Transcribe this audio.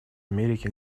америки